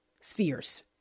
spheres